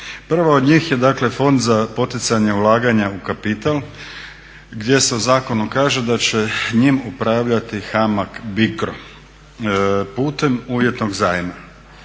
Prva od njih je dakle Fond za poticanje ulaganja u kapital, gdje se zakonom kaže da će njim upravljati HAMAG BICRO putem uvjetnog zajma,